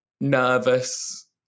Nervous